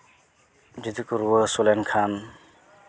ᱡᱩᱫᱤ ᱠᱚ ᱨᱩᱣᱟᱹ ᱦᱟᱹᱥᱩ ᱞᱮᱱᱠᱷᱟᱱ